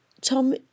Tom